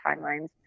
timelines